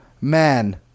man